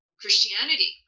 Christianity